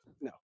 no